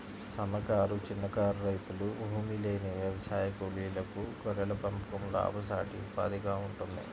సన్నకారు, చిన్నకారు రైతులు, భూమిలేని వ్యవసాయ కూలీలకు గొర్రెల పెంపకం లాభసాటి ఉపాధిగా ఉంటుంది